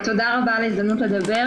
תודה רבה על ההזדמנות לדבר.